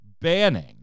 banning